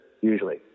usually